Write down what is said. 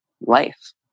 life